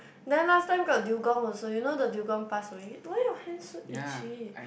then last time got dugong also you know the dugong pass away why your hand so itchy